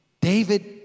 David